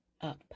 up